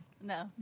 No